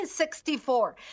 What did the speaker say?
1964